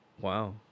Wow